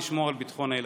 לשמור על ביטחון הילדים.